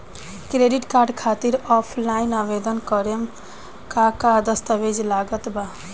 Credit card खातिर offline आवेदन करे म का का दस्तवेज लागत बा?